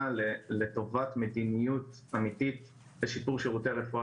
לטובת מדיניות אמיתית לשיפור שירותי הרפואה